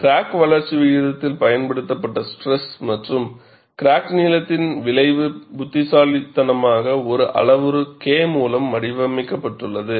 crack வளர்ச்சி விகிதத்தில் பயன்படுத்தப்பட்ட ஸ்ட்ரெஸ் மற்றும் கிராக் நீளத்தின் விளைவு புத்திசாலித்தனமாக ஒரு அளவுரு K மூலம் வடிவமைக்கப்பட்டுள்ளது